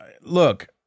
Look